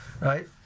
right